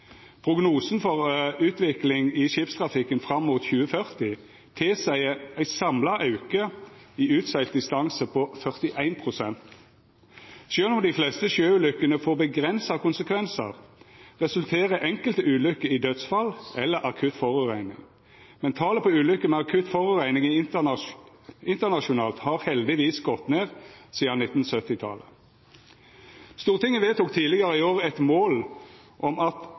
Prognosen for utvikling i skipstrafikken fram mot 2040 tilseier ein samla auke i utsegla distanse på 41 pst. Sjølv om dei fleste sjøulukkene får avgrensa konsekvensar, resulterer enkelte ulukker i dødsfall eller akutt forureining, men talet på ulukker med akutt forureining internasjonalt har heldigvis gått ned sidan 1970-talet. Stortinget vedtok tidlegare i år eit mål om at